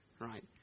Right